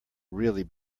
really